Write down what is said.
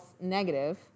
negative